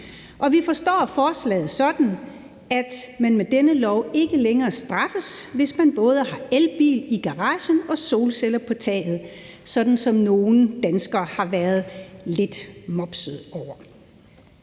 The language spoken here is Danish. Vi forstår forslaget sådan, at man med denne lov ikke længere straffes, hvis man både har elbil i garagen og solceller på taget, sådan som nogle danskere har været lidt mopsede over.